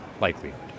likelihood